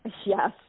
Yes